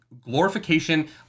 glorification